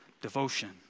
devotion